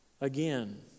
again